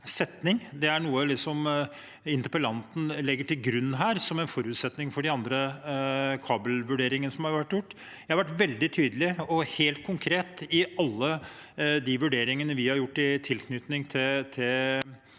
Det er noe interpellanten legger til grunn, som en forutsetning for de andre kabelvurderingene som har vært gjort. Jeg har vært veldig tydelig og helt konkret i alle de vurderingene vi har gjort i tilknytning til